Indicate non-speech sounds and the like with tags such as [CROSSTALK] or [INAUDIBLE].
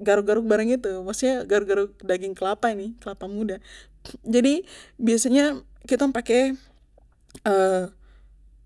garuk garuk barang itu maksudnya garuk garuk daging kelapa nih kelapa muda jadi biasanya kitong pake [HESITATION]